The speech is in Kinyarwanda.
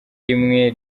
rimwe